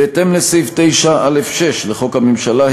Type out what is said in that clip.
בהתאם לסעיף 9(א)(6) לחוק הממשלה,